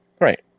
Right